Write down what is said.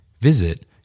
Visit